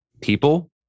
people